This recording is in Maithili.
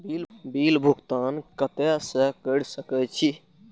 बिल भुगतान केते से कर सके छी?